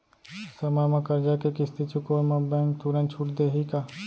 समय म करजा के किस्ती चुकोय म बैंक तुरंत छूट देहि का?